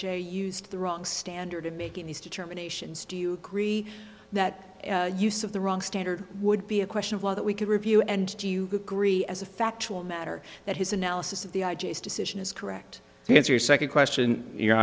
used the wrong standard making these determinations do you agree that use of the wrong standard would be a question of law that we can review and do you agree as a factual matter that his analysis of the decision is correct because your second question your